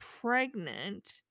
pregnant